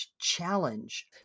challenge